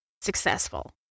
successful